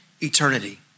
eternity